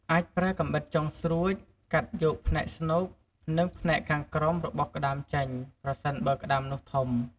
អាចប្រើកាំបិតចុងស្រួច កាត់យកផ្នែកស្នូក និងផ្នែកខាងក្រោមរបស់ក្ដាមចេញ ប្រសិនបើក្ដាមនោះធំ។